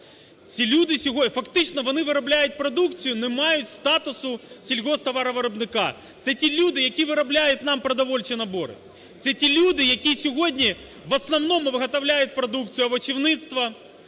ці люди… Фактично вони виробляють продукцію, не мають статусу сільгосптоваровиробника. Це ті люди, які виробляють нам продовольчі набори; це ті люди, які сьогодні в основному виготовляють продукти овочівництва;